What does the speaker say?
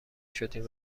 شدیم